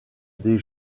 des